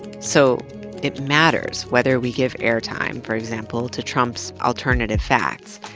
so it matters whether we give air time, for example, to trump's alternative facts.